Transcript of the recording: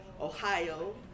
Ohio